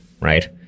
right